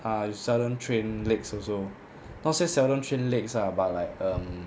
ah seldom train legs also not say seldom train legs lah but like um